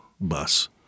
bus